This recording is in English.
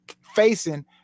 facing